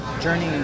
journey